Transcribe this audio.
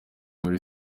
muri